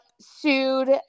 sued